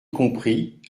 comprit